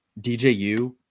DJU